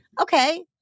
okay